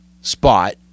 spot